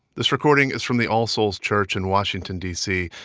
this recording is from the all souls church in washington, d c.